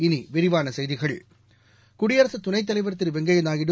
இனி விரிவான செய்திகள் குடியரசு துணைத்தலைவர் திரு வெங்கையா நாயுடு